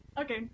Okay